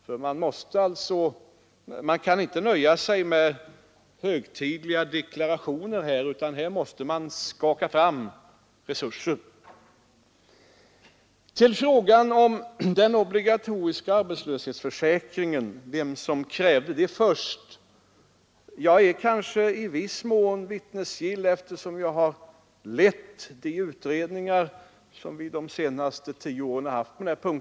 Vi kan nämligen inte nöja oss med högtidliga deklarationer i detta fall, utan här måste vi skaffa fram resurser! Sedan har det här diskuterats vem som först krävde en obligatorisk arbetslöshetsförsäkring, och där är jag kanske i viss mån vittnesgill eftersom jag har lett de utredningar vi haft på detta område under de senaste tio åren.